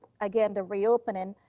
again, the reopening,